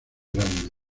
grande